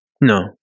No